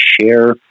share